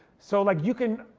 so like you can,